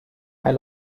isle